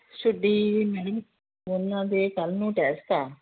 ma'am ਦੋਨਾਂ ਦੇ ਕੱਲ੍ਹ ਨੂੰ ਟੈਸਟ ਹੈ